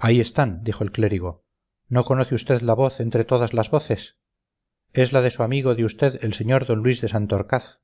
ahí están dijo el clérigo no conoce usted una voz entre todas las voces es la de su amigo de usted el sr d luis de santorcaz